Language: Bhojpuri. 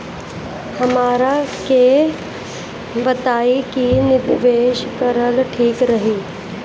हमरा के बताई की निवेश करल ठीक रही?